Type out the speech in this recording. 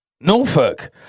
Norfolk